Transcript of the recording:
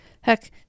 Heck